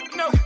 no